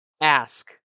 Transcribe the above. ask